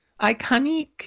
iconic